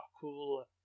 cool